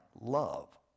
love